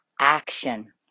action